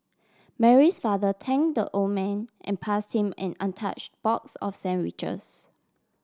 Mary's father thank the old man and pass him an untouch box of sandwiches